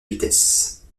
vitesse